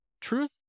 Truth